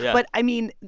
but i mean,